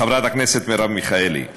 חברת הכנסת מרב מיכאלי,